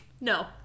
No